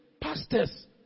pastors